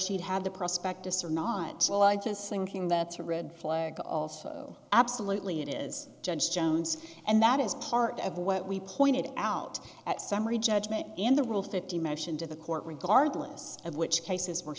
she'd had the prospect us or not well i just thinking that's a red flag absolutely it is judge jones and that is part of what we pointed out at summary judgment in the rule fifty motion to the court regardless of which cases were